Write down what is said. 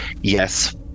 yes